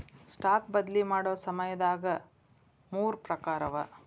stock ಬದ್ಲಿ ಮಾಡೊ ಸಮಯದಾಗ ಮೂರ್ ಪ್ರಕಾರವ